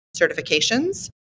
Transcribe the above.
certifications